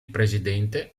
presidente